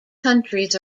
countries